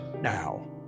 now